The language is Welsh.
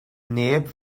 neb